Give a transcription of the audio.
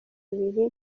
bibiri